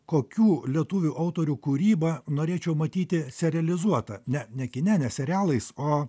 kokių lietuvių autorių kūrybą norėčiau matyti realizuota ne ne kine ne serialais o